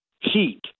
heat